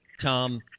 Tom